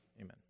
Amen